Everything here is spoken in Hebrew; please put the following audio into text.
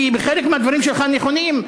כי חלק מהדברים שלך נכונים,